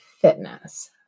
fitness